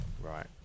Right